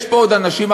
יש פה עוד אנשים,